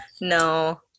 No